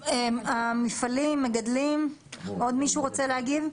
המפעלים, המגדלים, עוד מישהו רוצה להעיר?